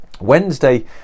Wednesday